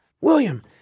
William